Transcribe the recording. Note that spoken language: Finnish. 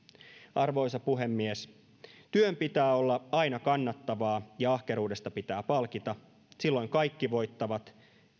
arvoisa puhemies työn pitää olla aina kannattavaa ja ahkeruudesta pitää palkita silloin kaikki voittavat